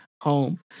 home